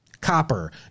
Copper